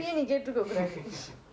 okay next question ah